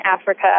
Africa